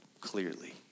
clearly